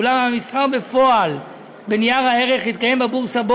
אולם המסחר בפועל בנייר הערך יתקיים בבורסה שבה